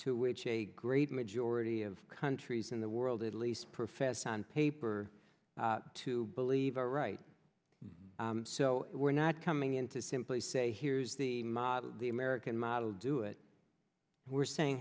to which a great majority of countries in the world at least profess on paper to believe all right so we're not coming in to simply say here's the model the american model do it we're saying